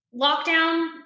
lockdown